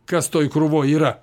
kas toj krūvoj yra